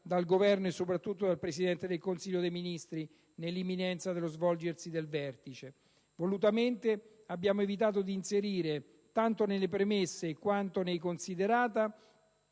dal Governo e, soprattutto, dal Presidente del Consiglio dei ministri nell'imminenza dello svolgersi del vertice. Volutamente abbiamo evitato di inserire, tanto nelle premesse quanto nei *considerata*,